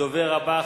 הדובר הבא,